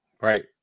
right